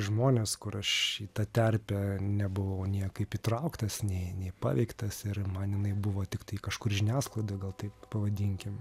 žmonės kur aš į tą terpę nebuvau niekaip įtrauktas nei nei paveiktas ir man jinai buvo tiktai kažkur žiniasklaidoj gal taip pavadinkim